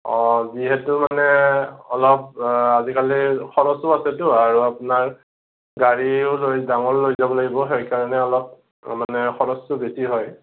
অ' যিহেতু মানে অলপ আজিকালি খৰচো আছেতো আৰু আপোনাৰ গাড়ীও লৈ ডাঙৰ লৈ যাব লাগিব সেইকাৰণে অলপ মানে খৰচটো বেছি হয়